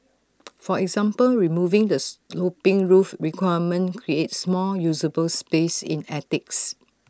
for example removing the sloping roof requirement creates more usable space in attics